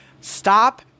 Stop